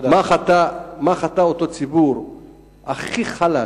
מה חטא אותו ציבור הכי חלש,